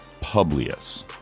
Publius